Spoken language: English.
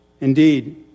Indeed